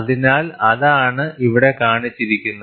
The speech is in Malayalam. അതിനാൽ അതാണ് ഇവിടെ കാണിച്ചിരിക്കുന്നത്